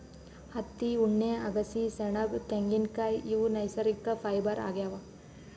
ಹತ್ತಿ ಉಣ್ಣೆ ಅಗಸಿ ಸೆಣಬ್ ತೆಂಗಿನ್ಕಾಯ್ ಇವ್ ನೈಸರ್ಗಿಕ್ ಫೈಬರ್ ಆಗ್ಯಾವ್